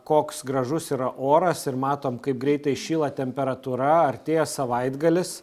koks gražus yra oras ir matom kaip greitai šyla temperatūra artėja savaitgalis